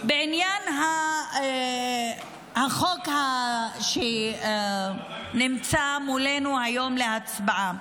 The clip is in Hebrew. בעניין החוק שנמצא מולנו היום להצבעה,